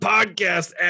Podcast